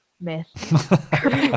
myth